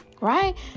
Right